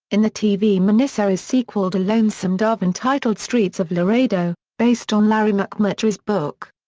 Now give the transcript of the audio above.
in the tv miniseries sequel to lonesome dove entitled streets of laredo, based on larry mcmurtry's book.